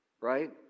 right